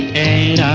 a